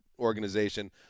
organization